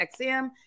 XM